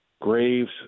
Graves